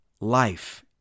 life